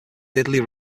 diddley